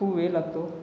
खूप वेळ लागतो